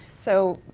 so,